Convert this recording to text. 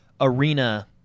arena